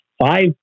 five